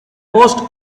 most